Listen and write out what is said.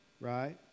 right